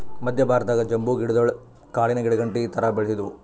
ಮದ್ಯ ಭಾರತದಾಗ್ ಬಂಬೂ ಗಿಡಗೊಳ್ ಕಾಡಿನ್ ಗಿಡಾಗಂಟಿ ಥರಾ ಬೆಳಿತ್ತಿದ್ವು